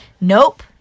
Nope